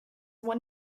one